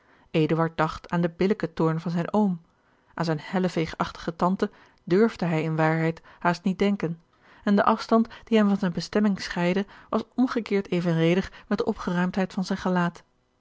dacht aan den billijken toorn van zijn oom aan zijne helleveegachtige tante durfde hij in waarheid haast niet denken en de afstand die hem van zijne bestemming scheidde was omgekeerd evenredig met de opgeruimdheid van zijn gelaat